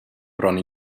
bron